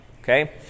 okay